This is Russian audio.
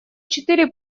четыре